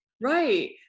right